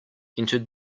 entered